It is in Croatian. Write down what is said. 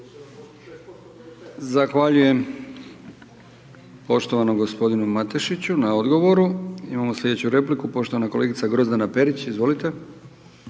Zahvaljujem poštovanom gospodinu Matešiću na odgovoru. Imamo slijedeću repliku poštovana kolegica Grozdana Perić, izvolite.